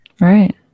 Right